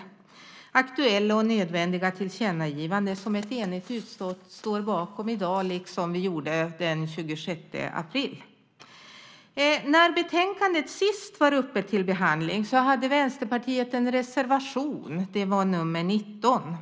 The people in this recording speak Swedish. Det är aktuella och nödvändiga tillkännagivanden som ett enigt utskott står bakom i dag liksom vi gjorde den 26 april. När betänkandet sist var uppe till behandling hade Vänsterpartiet en reservation. Det var nr 19.